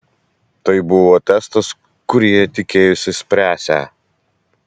tai buvo testas kurį jie tikėjosi spręsią